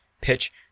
pitch